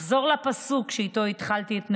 אחזור לפסוק שאיתו התחלתי את נאומי.